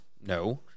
No